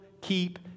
keep